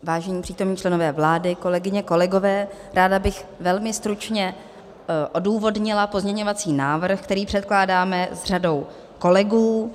Vážení přítomní členové vlády, kolegyně, kolegové, ráda bych velmi stručně odůvodnila pozměňovací návrh, který předkládáme s řadou kolegů.